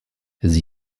sie